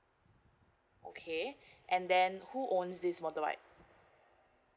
okay and then who owns this motorbike